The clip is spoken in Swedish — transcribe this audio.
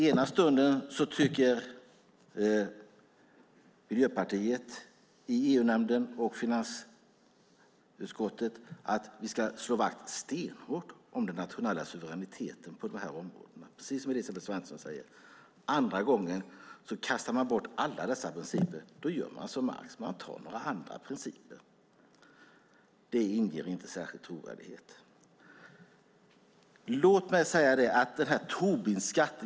Ena stunden tycker Miljöpartiet i EU-nämnden och i finansutskottet att vi stenhårt ska slå vakt om den nationella suveräniteten på det här området, precis som Elisabeth Svantesson säger. Andra stunden kastar man bort alla principer och gör som Marx och tar några andra principer. Det inger inte särskilt mycket trovärdighet!